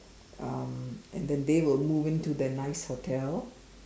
um and then they will move in to their nice hotel